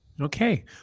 Okay